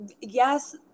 yes